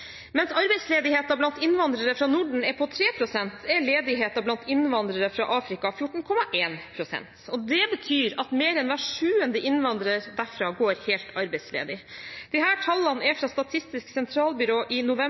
Mens arbeidsledigheten blant innvandrere fra Norden er på 3 pst., er ledigheten blant innvandrere fra Afrika 14,1 pst. Det betyr at mer enn hver sjuende innvandrer derfra går helt arbeidsledig. Disse tallene er fra Statistisk sentralbyrå i november